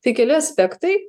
tai keli aspektai